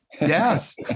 Yes